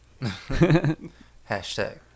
Hashtag